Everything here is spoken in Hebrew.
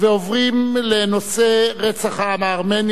אנחנו עוברים להצעות לסדר-היום מס'